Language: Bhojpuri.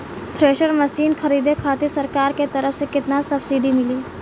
थ्रेसर मशीन खरीदे खातिर सरकार के तरफ से केतना सब्सीडी मिली?